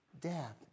death